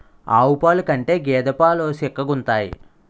ఆవు పాలు కంటే గేద పాలు సిక్కగుంతాయి